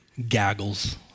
gaggles